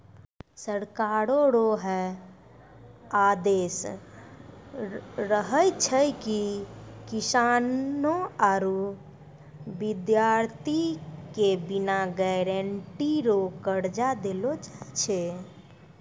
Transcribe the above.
सरकारो रो है आदेस रहै छै की किसानो आरू बिद्यार्ति के बिना गारंटी रो कर्जा देलो जाय छै